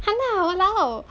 !hanna! !walao!